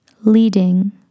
leading